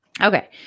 Okay